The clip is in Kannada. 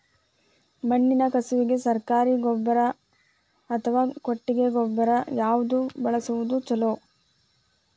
ಮಣ್ಣಿನ ಕಸುವಿಗೆ ಸರಕಾರಿ ಗೊಬ್ಬರ ಅಥವಾ ಕೊಟ್ಟಿಗೆ ಗೊಬ್ಬರ ಯಾವ್ದು ಬಳಸುವುದು ಛಲೋ?